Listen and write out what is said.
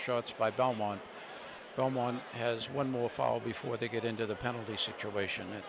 shots by belmont belmont has one more fall before they get into the penalty situation